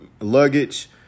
luggage